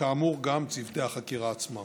וכאמור גם צוותי החקירה עצמם.